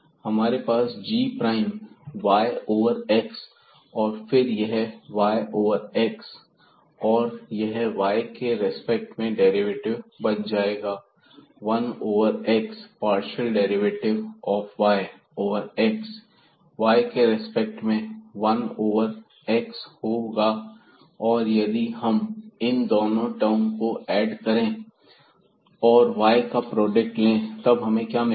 हमारे पास g prime y over x और फिर यह y ओवर x और यह y के रिस्पेक्ट में डेरिवेटिव बन जाएगा 1 over x partial derivative of y over x y के रिस्पेक्ट में 1 ओवर x होगा औरयदि हम इन दोनों टर्म को ऐड करें x और y का प्रोडक्ट लेकर तब हमें क्या मिलेगा